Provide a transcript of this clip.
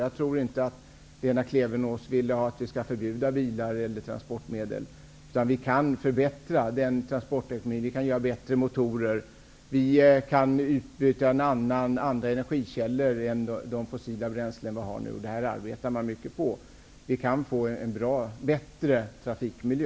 Jag tror inte att Lena Klevenås vill att vi skall förbjuda bilar. Vi kan förbättra transportsystemet. Vi kan göra bättre motorer. Vi kan använda andra energikällor än de fossila bränslen vi har nu. Detta arbetar man på. Vi kan få en bättre trafikmiljö.